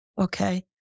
okay